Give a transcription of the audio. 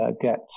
get